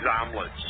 omelets